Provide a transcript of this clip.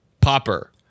popper